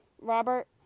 Robert